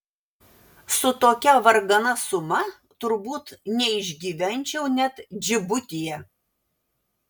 su tokia vargana suma turbūt neišgyvenčiau net džibutyje